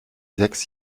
sechs